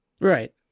Right